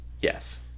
Yes